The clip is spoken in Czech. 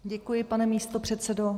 Děkuji, pane místopředsedo.